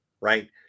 right